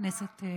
כנסת נכבדה,